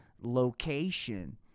location